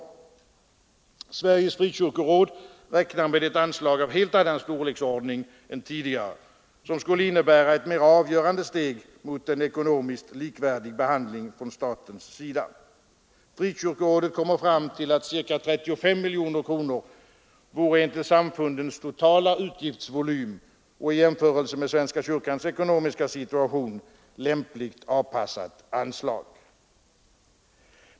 Sveriges frikyrkoråd räknar med ett anslag av en helt annan storleksordning än tidigare, som skulle innebära ett mera avgörande steg mot en ekonomiskt likvärdig behandling från statens sida. Frikyrkorådet kommer fram till att ca 35 miljoner kronor vore ett till samfundens totala utgiftsvolym — i jämförelse med svenska kyrkans ekonomiska situation — lämpligt avpassat anslag.